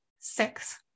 Six